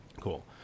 cool